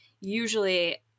usually